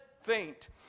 faint